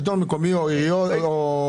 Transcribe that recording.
שלטון מקומי או משטרה,